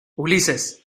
ulises